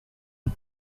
auf